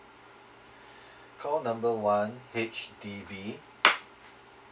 call number one H_D_B